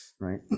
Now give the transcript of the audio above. Right